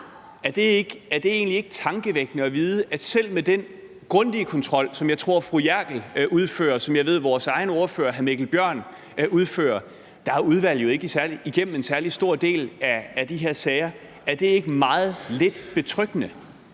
ikke tankevækkende at vide, at selv med den grundige kontrol, som jeg tror fru Brigitte Klintskov Jerkel udfører, og som jeg ved, at vores egen ordfører hr. Mikkel Bjørn udfører, så er udvalget jo ikke igennem en særlig stor del af de her sager? Er det ikke meget lidt betryggende?